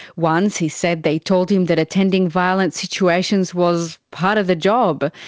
once he said they told him that attending violent situations was part of the job.